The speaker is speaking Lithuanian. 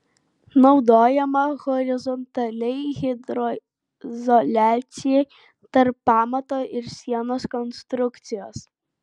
naudojama horizontaliai hidroizoliacijai tarp pamato ir sienos konstrukcijos